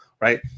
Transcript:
right